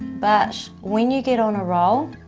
but when you get on a role